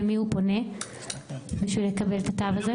למי הוא פונה בשביל לקבל את התו הזה?